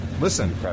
listen